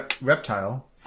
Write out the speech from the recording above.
reptile